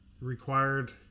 required